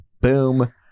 boom